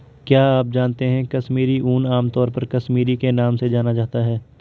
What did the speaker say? क्या आप जानते है कश्मीरी ऊन, आमतौर पर कश्मीरी के नाम से जाना जाता है?